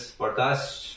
podcast